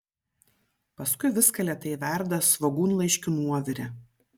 paskui viską lėtai verda svogūnlaiškių nuovire